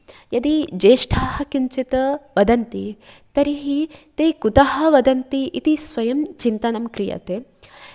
यदि ज्येष्ठाः किञ्चित् वदन्ति तर्हि ते कुतः वदन्ति इति स्वयं चिन्तनं क्रियते